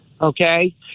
Okay